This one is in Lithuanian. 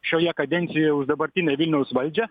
šioje kadencijoje už dabartinę vilniaus valdžią